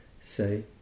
say